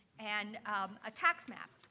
and a tax map.